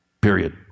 period